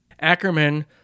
Ackerman